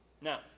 Now